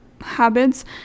habits